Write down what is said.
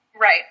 Right